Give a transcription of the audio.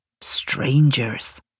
Strangers